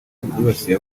byibasiye